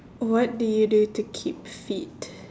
what do you do to keep fit